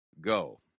go